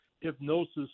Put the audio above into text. hypnosis